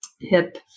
hip